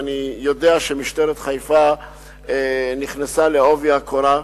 ואני יודע שמשטרת חיפה נכנסה בעובי הקורה,